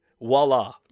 voila